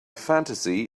fantasy